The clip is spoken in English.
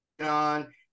on